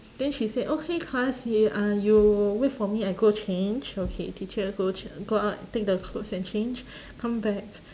then she say okay class you uh you wait for me I go change okay teacher go ch~ go out take the clothes and change come back